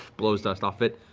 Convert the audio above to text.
blows dust off it.